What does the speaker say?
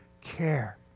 care